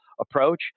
approach